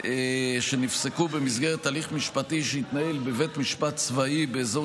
שנפסקו במסגרת הליך משפטי שהתנהל בבית משפט צבאי באזור